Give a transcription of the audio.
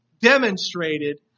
demonstrated